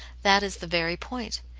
that is the very point.